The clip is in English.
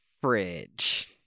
fridge